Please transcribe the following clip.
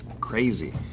crazy